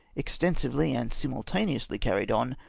extensively and simultaneously carried on,